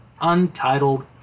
Untitled